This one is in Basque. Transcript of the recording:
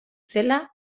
zela